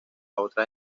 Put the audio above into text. otras